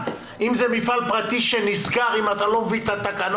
אם זה מפעל פרטי שנסגר אם אתה לא מביא את התקנות,